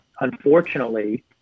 unfortunately